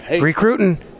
recruiting